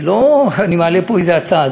זה לא שאני מעלה פה איזה הצעה.